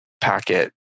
packet